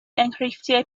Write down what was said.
enghreifftiau